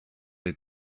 les